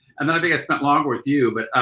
and then i think i spent longer with you. but,